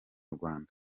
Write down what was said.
rwanda